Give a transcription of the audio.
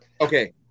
Okay